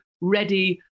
ready